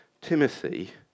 Timothy